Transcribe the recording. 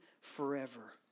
forever